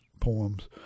poems